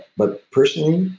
but personally,